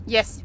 Yes